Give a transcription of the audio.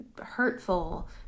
hurtful